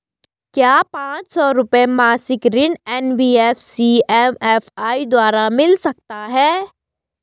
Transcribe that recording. क्या पांच सौ रुपए मासिक ऋण एन.बी.एफ.सी एम.एफ.आई द्वारा मिल सकता है?